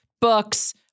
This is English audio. books